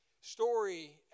story